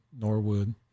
Norwood